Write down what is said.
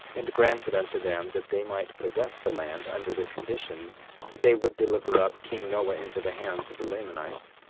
and granted unto them that they might possess the land, under the conditions that they would deliver up king noah into the hands of the lamanites,